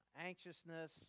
anxiousness